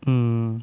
hmm